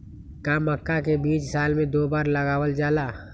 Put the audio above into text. का मक्का के बीज साल में दो बार लगावल जला?